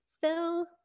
Phil